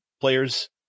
players